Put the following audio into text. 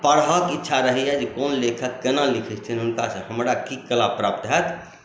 पढ़क इच्छा रहैए जे कोन लेखक केना लिखैत छथिन हुनकासँ हमरा की कला प्राप्त होयत